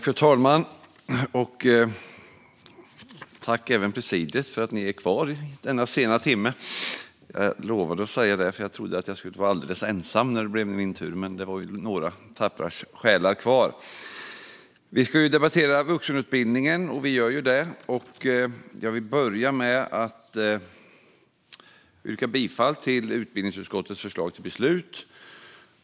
Fru talman! Tack, presidiet, för att ni är kvar i denna sena timme! Jag lovade att säga detta, för jag trodde att jag skulle få vara alldeles ensam när det blev min tur, men det är ju några tappra själar kvar här. I dag debatterar vi vuxenutbildningen. Jag vill börja med att yrka bifall till utbildningsutskottets förslag till beslut.